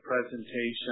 presentation